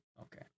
Okay